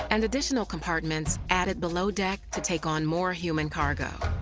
and additional compartments added below deck to take on more human cargo.